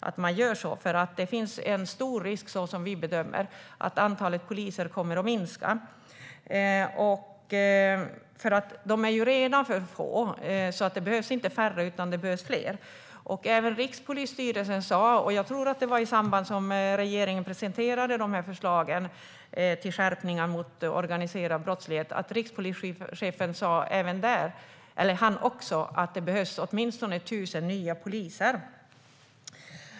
Som vi bedömer det finns det en stor risk för att antalet poliser kommer att minska. Poliserna är redan för få. Så det behövs inte färre, utan det behövs fler. I samband med att regeringen presenterade förslagen om skärpningar mot organiserad brottslighet sa också rikspolischefen att det behövs åtminstone 1 000 nya poliser.